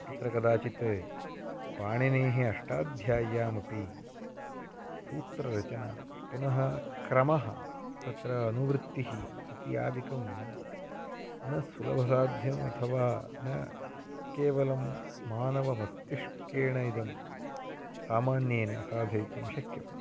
तत्र कदाचित् पाणिनेः अष्टाध्याय्यामपि सूत्ररचना पुनः क्रमः तत्र अनुवृत्तिः इति अदिकं न सुलभसाध्यम् अथवा न केवलं मानवमस्तिष्केण इदं सामान्येन साधयितुं शक्यम्